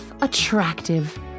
attractive